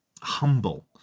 humble